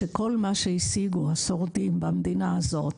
זה שאת כל מה שהשיגו השורדים במדינה הזאת,